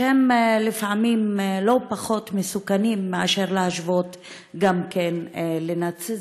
ואלה לפעמים לא פחות מסוכנים מאשר להשוות גם לנאציזם.